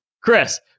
Chris